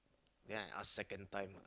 then I ask second time